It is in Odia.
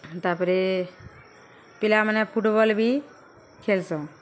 ତା'ପରେ ପିଲାମାନେ ଫୁଟ୍ବଲ୍ ବି ଖେଲ୍ସନ୍